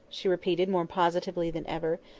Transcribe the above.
she repeated more positively than ever.